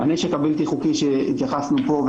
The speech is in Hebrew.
הנשק הבלתי-חוקי שהתייחסתם פה,